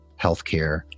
healthcare